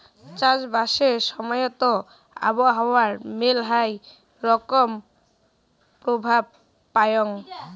চাষবাসের সময়ত আবহাওয়ার মেলহাই রকম প্রভাব পরাং